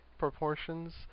proportions